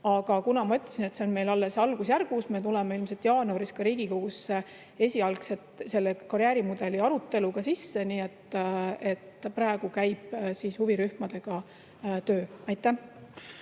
Aga nagu ma ütlesin, see on meil alles algusjärgus, me tuleme ilmselt jaanuaris ka Riigikogusse esialgse karjäärimudeli aruteluga, nii et praegu käib huvirühmadega töö. Aitäh!